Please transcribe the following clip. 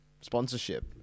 sponsorship